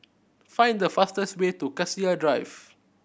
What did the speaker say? find the fastest way to Cassia Drive